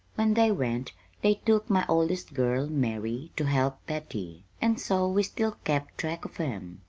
when they went they took my oldest girl, mary, to help betty and so we still kept track of em.